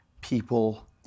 people